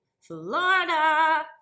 Florida